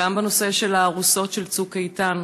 גם בנושא של הארוסות לאחר "צוק איתן",